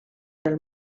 del